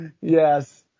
Yes